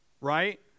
right